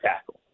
tackle